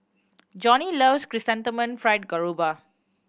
Joni loves Chrysanthemum Fried Garoupa